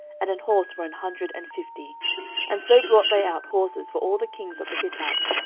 and an horse for an hundred and fifty and so brought they out horses for all the kings of the hittites,